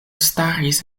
staris